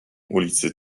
ulicy